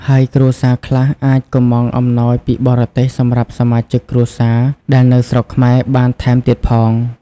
ហើយគ្រួសារខ្លះអាចកុម្ម៉ង់អំណោយពីបរទេសសម្រាប់សមាជិកគ្រួសារដែលនៅស្រុកខ្មែរបានថែមទៀតផង។